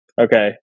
Okay